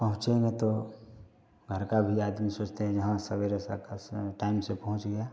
पहुँचेंगे तो घर का भी आदमी सोचते हैं यहाँ सवेरे टाइम से पहुँच गया